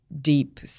deep